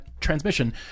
transmission